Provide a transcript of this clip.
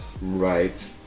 right